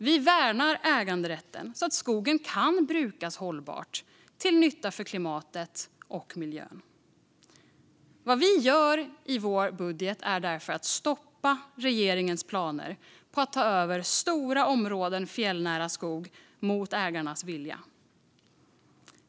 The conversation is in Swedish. Vi värnar äganderätten så att skogen kan brukas hållbart till nytta för klimatet och miljön. Vad vi gör i vår budget är därför att stoppa regeringens planer på att ta över stora områden fjällnära skog mot ägarnas vilja.